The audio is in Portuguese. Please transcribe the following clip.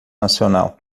nacional